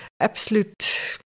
Absolute